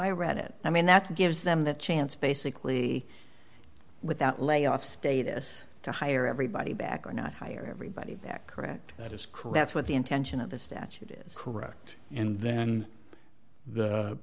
i read it i mean that's gives them that chance basically without layoff status to hire everybody back or not hire everybody back correct that is correct what the intention of the statute is correct and then the